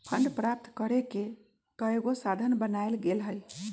fund प्राप्त करेके कयगो साधन बनाएल गेल हइ